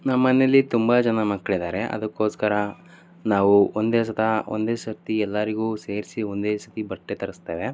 ನಮ್ಮನೇಲಿ ತುಂಬ ಜನ ಮಕ್ಕಳಿದ್ದಾರೆ ಅದಕ್ಕೋಸ್ಕರ ನಾವು ಒಂದೇ ಸರ್ತಿ ಒಂದೇ ಸರ್ತಿ ಎಲ್ಲರಿಗು ಸೇರಿಸಿ ಒಂದೇ ಸರ್ತಿ ಬಟ್ಟೆ ತರಿಸ್ತೇವೆ